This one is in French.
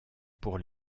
pour